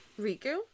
Riku